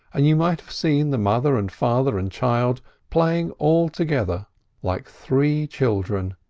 and you might have seen the mother and father and child playing all together like three children,